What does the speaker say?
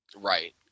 Right